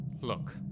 look